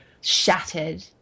shattered